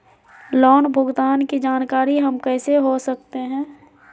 Loan भुगतान की जानकारी हम कैसे हो सकते हैं?